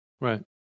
Right